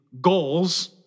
goals